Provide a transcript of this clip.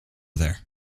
there